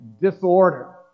disorder